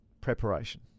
preparation